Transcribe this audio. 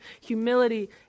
humility